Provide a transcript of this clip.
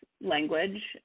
language